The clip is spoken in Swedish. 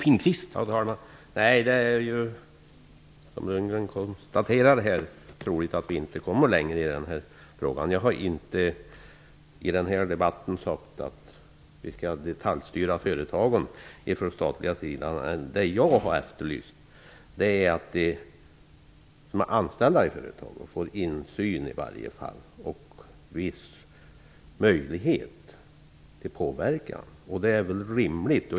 Herr talman! Nej, det är troligt att vi inte kom mer längre i den här frågan. Jag har i denna debatt inte sagt att staten skall detaljstyra företagen. Vad jag har efterlyst är att de anställda i företaget i varje fall skall ha insyn i företaget och viss möjlig het till påverkan. Det är väl rimligt.